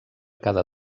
cada